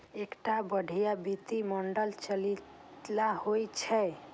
एकटा बढ़िया वित्तीय मॉडल लचीला होइ छै